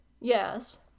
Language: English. Yes